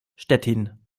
stettin